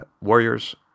warriors